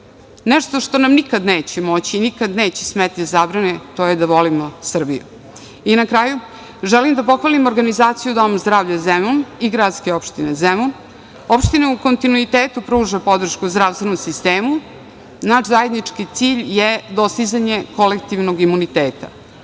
što nikada neće moći i neće smeti da nam zabrane, to je da volimo Srbiju. Na kraju, želim da pohvalim organizaciju Doma zdravlja Zemun i gradske opštine Zemun, opština u kontinuitetu pruža podršku zdravstvenom sistemu. Naš zajednički cilj je dostizanje kolektivnog imuniteta.